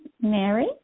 Mary